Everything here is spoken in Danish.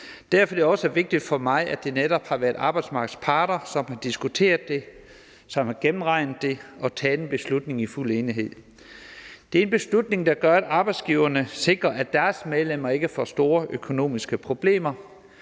Derfor er det også vigtigt for mig, at det netop har været arbejdsmarkedets parter, som har diskuteret det, som har gennemregnet det og taget en beslutning i fuld enighed. Det er en beslutning, der gør, at arbejdsgiverne sikrer, at deres medlemmer ikke får store økonomiske problemer,